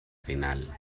final